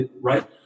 right